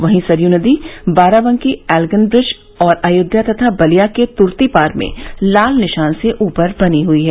वहीं सरयू नदी बाराबंकी एल्गिनब्रिज और अयोध्या तथा बलिया के तूर्तीपार में लाल निशान से ऊपर बनी हई है